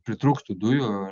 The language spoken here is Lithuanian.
pritrūktų dujų